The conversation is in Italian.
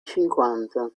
cinquanta